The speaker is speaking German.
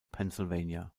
pennsylvania